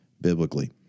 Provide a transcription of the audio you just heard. biblically